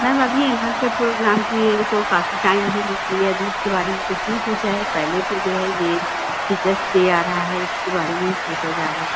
ma'am अभी annual के programme किए तो काफ़ी टाइम है इसलिए अभी इसके बारे में कुछ नहीं सोचा है पहले तो जो है यह टीचर्स डे आ रहा है इसके बारे में ही सोचा जा रहा है